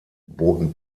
boten